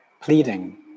pleading